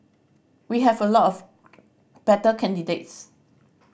we have a lot of better candidates